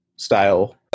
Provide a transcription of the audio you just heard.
style